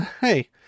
hey